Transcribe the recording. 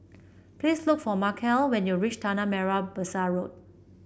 please look for Markell when you reach Tanah Merah Besar Road